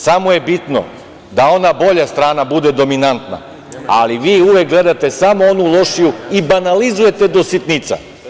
Samo je bitno da ona bolja strana bude dominantna, ali vi uvek gledate samo onu lošiju i banalizujete do sitnica.